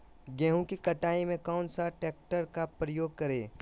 गेंहू की कटाई में कौन सा ट्रैक्टर का प्रयोग करें?